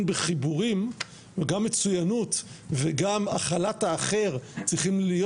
בחיבורים וגם מצויינות וגם הכלת האחר צריכים להיות